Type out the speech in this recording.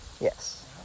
Yes